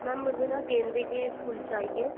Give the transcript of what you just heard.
ma'am मुझे ना गेंदे के फूल चाहिए